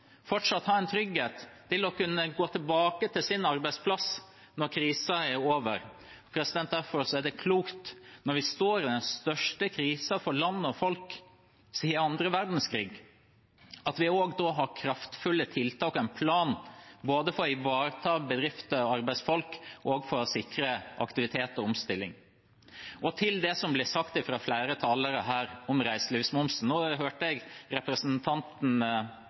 fortsatt å ha en trygghet i å kunne gå tilbake til sin arbeidsplass når krisen er over. Derfor er det klokt, når vi står i den største krisen for land og folk siden annen verdenskrig, at vi har kraftfulle tiltak og en plan både for å ivareta bedrifter og arbeidsfolk og for å sikre aktivitet og omstilling. Til det som har blitt sagt fra flere talere her om reiselivsmomsen: Jeg hørte f.eks. representanten